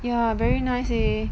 ya very nice eh